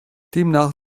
demnach